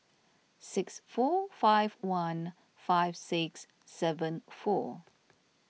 six four five one five six seven four